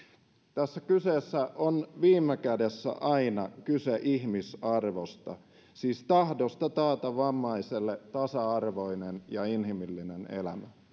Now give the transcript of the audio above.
tässä on viime kädessä aina kyse ihmisarvosta siis tahdosta taata vammaiselle tasa arvoinen ja inhimillinen elämä